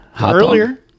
earlier